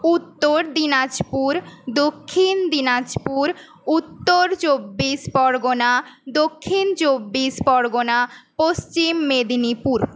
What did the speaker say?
Uttar Dinajpur Dakshin Dinajpur Uttar Chabbis Pargana Dakshin Chabbis Pargana Paschim Medinipur